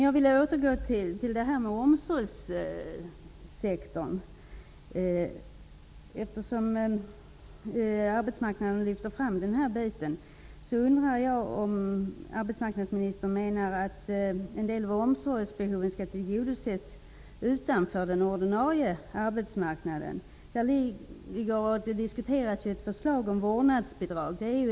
Jag vill återgå till frågan om omsorgssektorn. Eftersom den här biten lyfts fram, undrar jag om arbetsmarknadsministern menar att en del av omsorgsbehoven skall tillgodoses utanför den ordinarie arbetsmarknaden. Ett förslag om vårdnadsbidrag diskuteras ju.